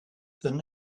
than